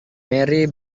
mary